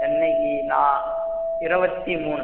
இருபத்தி மூணு